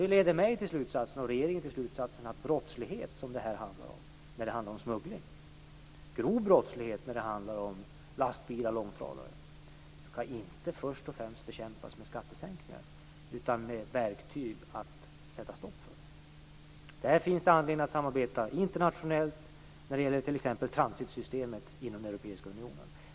Det leder mig och regeringen till slutsatsen att brottslighet som smuggling handlar om - grov brottslighet när det handlar om lastbilar och långtradare - skall inte först och främst bekämpas med skattesänkningar utan med sådana verktyg som sätter stopp för den. Det finns anledning att samarbeta internationellt när det gäller t.ex. transitsystemet inom Europeiska unionen.